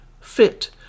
Fit